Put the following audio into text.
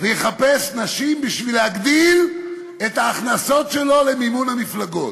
ויחפש נשים בשביל להגדיל את ההכנסות שלו ממימון המפלגות.